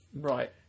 Right